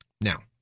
Now